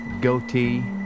Goatee